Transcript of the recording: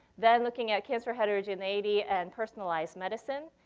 then looking at cancer heterogeneity and personalized medicine,